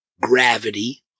Gravity